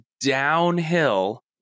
downhill